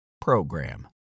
PROGRAM